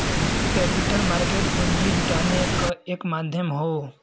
capital market पूंजी जुटाने क एक माध्यम हौ